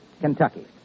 Kentucky